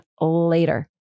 later